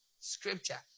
Scripture